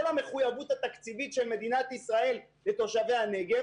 המחויבות התקציבית של מדינת ישראל לתושבי הנגב?